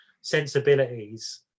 sensibilities